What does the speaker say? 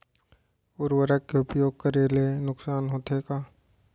उर्वरक के उपयोग करे ले नुकसान होथे का?